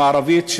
מערבית,